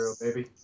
baby